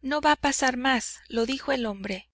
no va a pasar más lo dijo el hombre